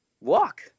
walk